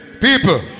people